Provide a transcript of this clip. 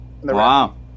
Wow